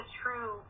true